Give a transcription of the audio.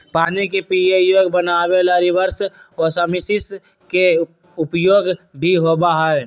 पानी के पीये योग्य बनावे ला रिवर्स ओस्मोसिस के उपयोग भी होबा हई